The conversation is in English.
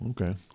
Okay